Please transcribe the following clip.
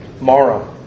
Mara